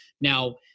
Now